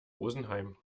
rosenheim